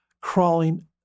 crawling